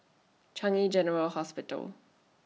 Changi General Hospital